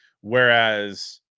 whereas